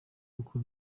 uko